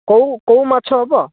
କଉ କଉ ମାଛ ହେବ